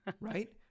Right